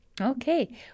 Okay